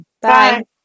Bye